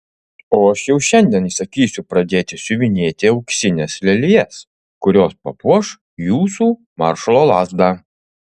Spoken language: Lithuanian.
o aš jau šiandien įsakysiu pradėti siuvinėti auksines lelijas kurios papuoš jūsų maršalo lazdą